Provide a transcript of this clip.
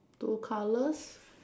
two colours